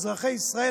אזרחי ישראל,